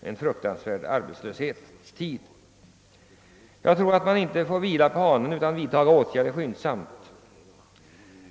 en fruktad arbetslöshetstid. Man får inte vila på hanen utan vidtaga åtgärder skyndsamt.